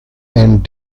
and